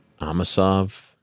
Amasov